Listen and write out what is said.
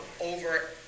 over